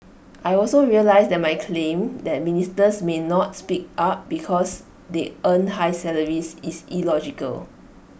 I also realise that my claim that ministers may not speak up because they earn high salaries is illogical